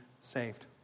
saved